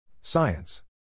Science